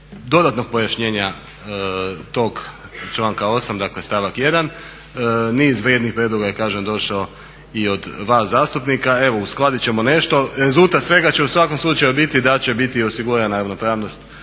dodatnog pojašnjenja tog članka 8. stavak 1. Niz vrijednih prijedloga je kažem došao i od vas zastupnika, evo uskladit ćemo nešto. Rezultat svega će u svakom slučaju biti da će biti osigurana ravnopravnost